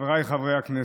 חבריי חברי הכנסת,